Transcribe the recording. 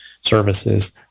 services